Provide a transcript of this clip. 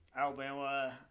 Alabama